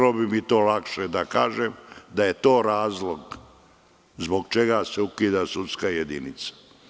To bi mi bilo lakše da kažem da je to razlog zbog čega se ukida sudska jedinica.